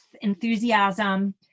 enthusiasm